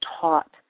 taught